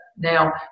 Now